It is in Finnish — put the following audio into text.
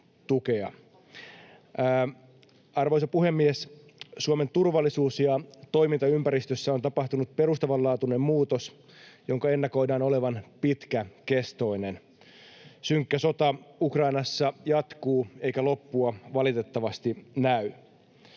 Arvoisa puhemies! Suomen turvallisuus- ja toimintaympäristössä on tapahtunut perustavanlaatuinen muutos, jonka ennakoidaan olevan pitkäkestoinen. Synkkä sota Ukrainassa jatkuu, eikä loppua valitettavasti näy.